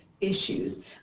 issues